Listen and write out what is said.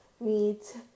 Meat